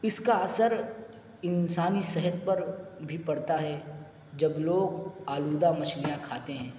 اس کا اثر انسانی صحت پر بھی پڑتا ہے جب لوگ آلودہ مچھلیاں کھاتے ہیں